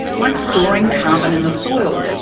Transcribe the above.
like storing carbon in the soil.